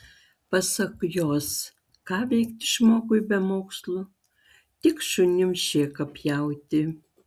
pasak jos ką veikti žmogui be mokslų tik šunims šėką pjauti